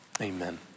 Amen